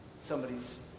somebody's